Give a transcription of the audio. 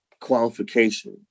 qualification